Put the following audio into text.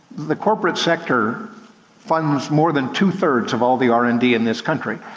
the corporate sector funds more than two-thirds of all the r and d in this country,